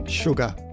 Sugar